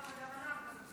גם אנחנו.